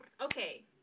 okay